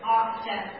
often